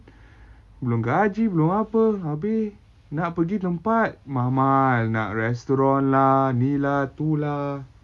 belum gaji belum apa abeh nak pergi tempat mahal-mahal nak restaurant lah ni lah tu lah